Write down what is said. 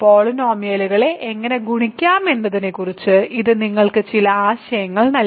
പോളിനോമിയലുകളെ എങ്ങനെ ഗുണിക്കാം എന്നതിനെക്കുറിച്ച് ഇത് നിങ്ങൾക്ക് ചില ആശയങ്ങൾ നൽകി